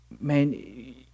man